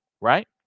right